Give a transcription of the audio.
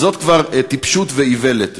זו כבר טיפשות ואיוולת.